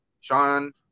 Sean